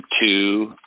two